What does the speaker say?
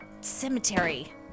cemetery